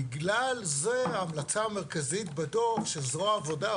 בגלל זה ההמלצה המרכזית בדוח של זרוע העבודה,